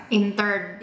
intern